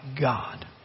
God